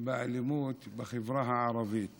באלימות בחברה הערבית